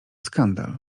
skandal